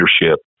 leadership